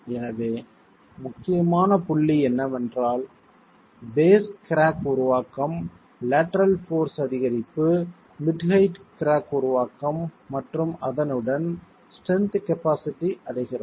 எனவே முக்கியமான புள்ளி என்னவென்றால் பேஸ் கிராக் உருவாக்கம் லேட்டரல் போர்ஸ் அதிகரிப்பு மிட் ஹெயிட் கிராக் உருவாக்கம் மற்றும் அதனுடன் ஸ்ட்ரென்த் காபாஸிட்டி அடைகிறது